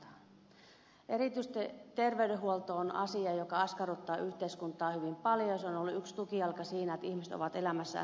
erityisesti terveydenhuolto on asia joka askarruttaa yhteiskuntaa hyvin paljon ja se on ollut yksi tukijalka siinä että ihmiset ovat elämässään selviytyneet